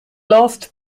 lost